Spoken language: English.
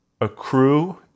accrue